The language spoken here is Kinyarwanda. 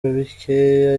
bike